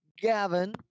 Gavin